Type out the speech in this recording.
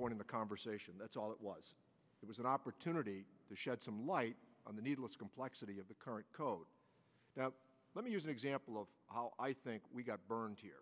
point in the conversation that's all it was it was an opportunity to shed some light on the needless complexity of the current code let me use an example of how i think we got burned here